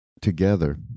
together